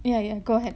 yeah yeah go ahead